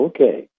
Okay